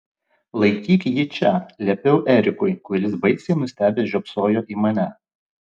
laikyk jį čia liepiau erikui kuris baisiai nustebęs žiopsojo į mane